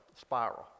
spiral